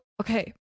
okay